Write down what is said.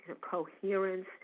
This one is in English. coherence